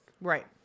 Right